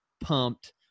pumped